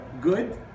good